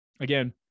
again